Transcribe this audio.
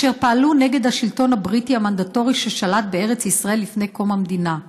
אשר פעלו נגד השלטון הבריטי המנדטורי ששלט בארץ ישראל לפני קום המדינה.